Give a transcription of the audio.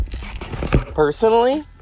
Personally